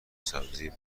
سبزی